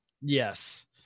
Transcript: Yes